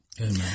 Amen